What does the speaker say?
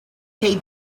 tei